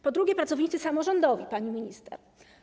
Po drugie, pracownicy samorządowi, pani minister.